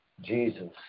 Jesus